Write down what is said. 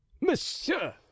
Monsieur